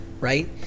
right